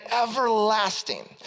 everlasting